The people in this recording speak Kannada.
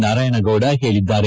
ನಾರಾಯಣಗೌಡ ಹೇಳದ್ದಾರೆ